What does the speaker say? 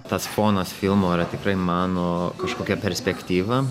tas fonas filmo yra tikrai mano kažkokia perspektyva